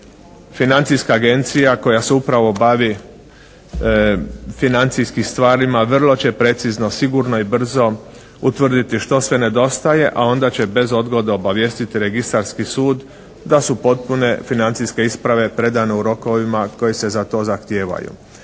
Financijska agencija koja se upravo bavi financijskim stvarima, vrlo će precizno, sigurno i brzo utvrditi što sve nedostaje, a onda će bez odgode obavijestiti registarski sud da su potpune financijske isprave predane u rokovima koji se za to zahtijevaju.